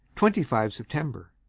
twenty five september.